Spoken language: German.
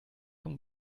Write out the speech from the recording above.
von